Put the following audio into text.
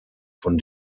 von